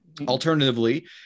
Alternatively